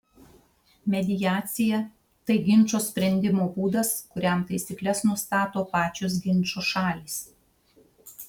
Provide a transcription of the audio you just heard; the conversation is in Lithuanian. mediacija tai ginčo sprendimo būdas kuriam taisykles nustato pačios ginčo šalys